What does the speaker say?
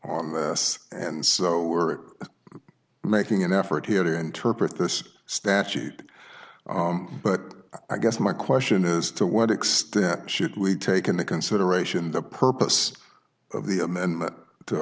on this and so we're making an effort here to interpret this statute but i guess my question is to what extent should we take into consideration the purpose of the amendment to